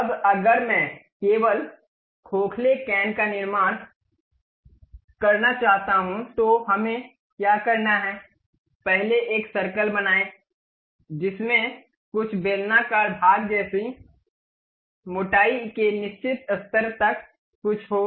अब अगर मैं केवल खोखले कैन का निर्माण करना चाहता हूं तो हमें क्या करना है पहले एक सर्कल बनाएं जिसमें कुछ बेलनाकार भाग जैसे मोटाई के निश्चित स्तर तक कुछ हो